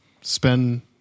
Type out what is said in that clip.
spend